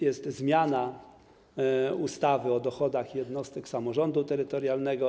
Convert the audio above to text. Jest zmiana ustawy o dochodach jednostek samorządu terytorialnego.